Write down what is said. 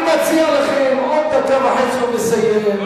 אני מציע לכם, עוד דקה וחצי הוא מסיים.